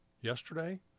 yesterday